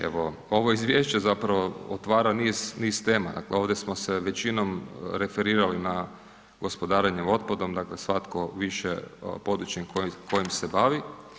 Evo, ovo izvješće zapravo otvara niz, niz tema, dakle ovdje smo se većinom referirali na gospodarenje otpadom dakle svatko više područjem kojim se bavi.